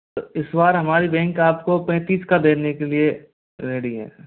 तो इस बार हमारी बैंक आपको पैंतीस का देने के लिए रेडी है सर